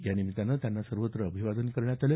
यानिमित्तानं त्यांना सर्वत्र अभिवादन करण्यात आलं